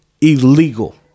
Illegal